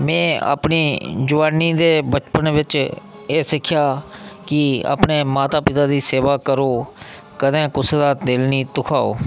में अपनी जोआनी ते बचपन बिच एह् सिक्खेआ कि अपने माता पिता दी सेवा करो कदें कुसै दा दिल निं दुखाओ